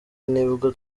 nibwo